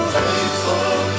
faithful